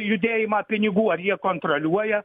judėjimą pinigų ar jie kontroliuoja